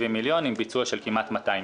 מיליון וביצוע מזומן של כמעט 200 מיליון.